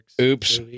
Oops